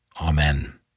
Amen